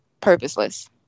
purposeless